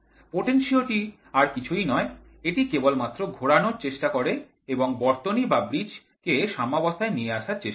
পটেনশিও টি আর কিছুই নয় এটি কেবলমাত্র ঘোরানোর চেষ্টা করে এবং বর্তনী বা ব্রিজটি কে সাম্যাবস্থায় নিয়ে আসার চেষ্টা করে